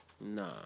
Nah